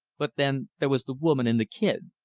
but then there was the woman and the kid.